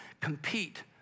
compete